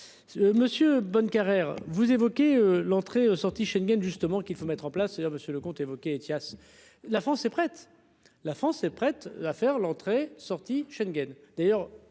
Monsieur Bonnecarrere, vous évoquez l'entrée sortie Schengen justement qu'il faut mettre en place, c'est-à-dire, Monsieur le comte Ethias. La France est prête. La France est prête à faire l'entrée sortie Schengen